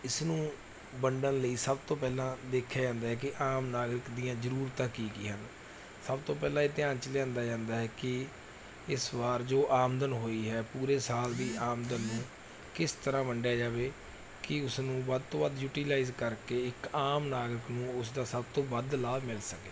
ਇਸ ਨੂੰ ਵੰਡਣ ਲਈ ਸਭ ਤੋਂ ਪਹਿਲਾਂ ਦੇਖਿਆ ਜਾਂਦਾ ਹੈ ਕਿ ਆਮ ਨਾਗਰਿਕ ਦੀਆਂ ਜਰੂਰਤਾਂ ਕੀ ਕੀ ਹਨ ਸਭ ਤੋਂ ਪਹਿਲਾਂ ਇਹ ਧਿਆਨ 'ਚ ਲਿਆਂਦਾ ਜਾਂਦਾ ਹੈ ਕਿ ਇਸ ਵਾਰ ਜੋ ਆਮਦਨ ਹੋਈ ਹੈ ਪੂਰੇ ਸਾਲ ਦੀ ਆਮਦਨ ਨੂੰ ਕਿਸ ਤਰ੍ਹਾਂ ਵੰਡਿਆ ਜਾਵੇ ਕਿ ਉਸ ਨੂੰ ਵੱਧ ਤੋਂ ਵੱਧ ਯੂਟੀਲਾਈਜ ਕਰਕੇ ਇੱਕ ਆਮ ਨਾਗਰਿਕ ਨੂੰ ਉਸ ਦਾ ਸਭ ਤੋਂ ਵੱਧ ਲਾਭ ਮਿਲ ਸਕੇ